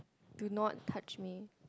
do not touch me